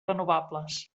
renovables